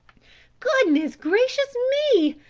goodness, gracious, me!